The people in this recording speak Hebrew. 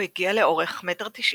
הוא הגיע לאורך 1.9 מטר,